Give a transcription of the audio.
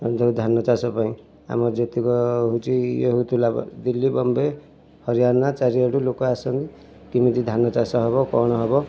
ଆମେ ଯେଉଁ ଧାନ ଚାଷ ପାଇଁ ଆମର ଯେତିକି ହେଉଛି ଇଏ ହେଉଥିଲା ବା ଦିଲ୍ଲୀ ବମ୍ବେ ହରିୟାଣା ଚାରିଆଡୁ ଲୋକ ଆସନ୍ତି କେମିତି ଧାନ ଚାଷ ହେବ କ'ଣ ହେବ